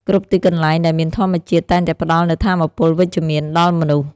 គ្រប់ទីកន្លែងដែលមានធម្មជាតិ តែងតែផ្តល់នូវថាមពលវិជ្ជមានដល់មនុស្ស។